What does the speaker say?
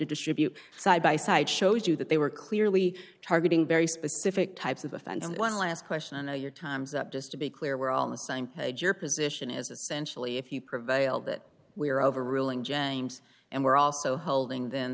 distribute side by side shows you that they were clearly targeting very specific types of offense and one last question and your time's up just to be clear we're on the same page your position is essentially if you prevail that we're overruling james and we're also holding then